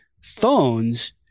phones